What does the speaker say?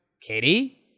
Katie